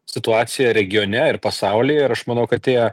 situaciją regione ir pasaulyje ir aš manau kad tie